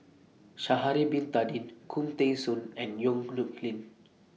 Sha'Ari Bin Tadin Khoo Teng Soon and Yong Nyuk Lin